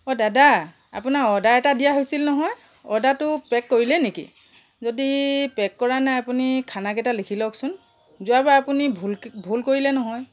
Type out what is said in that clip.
অ' দাদা আপোনাৰ অৰ্ডাৰ এটা দিয়া হৈছিল নহয় অৰ্ডাৰটো পেক কৰিলে নেকি যদি পেক কৰা নাই আপুনি খানাকেইটা লিখি লওকচোন যোৱাবাৰ আপুনি ভুলকৈ ভুল কৰিলে নহয়